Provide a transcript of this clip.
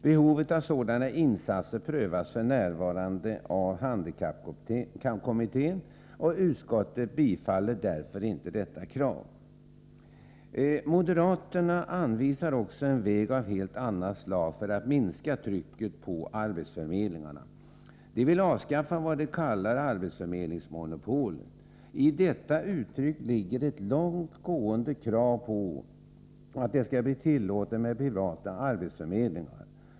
Behovet av sådana insatser prövas f.n. av handikappkommittén, och utskottet tillstyrker därför inte detta krav. Moderaterna anvisar en väg av ett helt annat slag för att minska trycket på arbetsförmedlingarna. De vill avskaffa vad de kallar arbetsförmedlingsmonopolet. I detta uttryck ligger ett långt gående krav på att det skall bli tillåtet med privata arbetsförmedlingar.